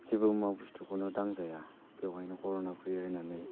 जेबो मुङा बस्थुखौनो दांजाया बेवहायनो कर'ना फैयो होन्नानै